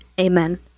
Amen